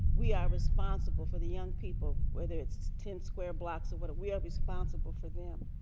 we are responsible for the young people, whether it's ten square blocks or what we are responsible for them.